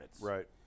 right